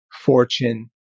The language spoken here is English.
fortune